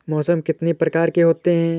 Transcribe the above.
मौसम कितनी प्रकार के होते हैं?